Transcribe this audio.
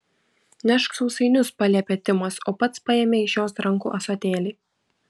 nešk sausainius paliepė timas o pats paėmė iš jos rankų ąsotėlį